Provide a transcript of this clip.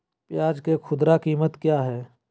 प्याज के खुदरा कीमत क्या है?